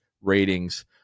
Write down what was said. ratings